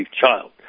child